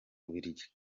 bubiligi